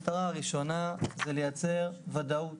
המטרה הראשונה היא לייצר ודאות